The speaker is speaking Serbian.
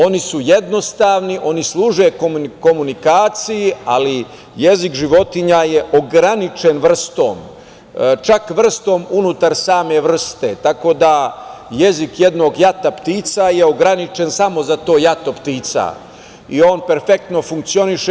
Oni su jednostavni i oni služe komunikaciji, ali jezik životinja je ograničen vrstom, čak vrstom unutar same vrste, tako da jezik jednog jata ptica je ograničen samo za to jato ptica i on perfektno funkcioniše.